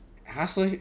!huh! so